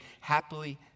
happily